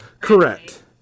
Correct